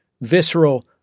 visceral